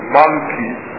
monkeys